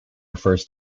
refers